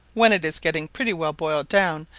when it is getting pretty well boiled down,